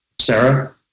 Sarah